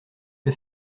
que